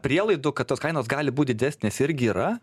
prielaidų kad tos kainos gali būt didesnės irgi yra